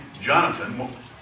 Jonathan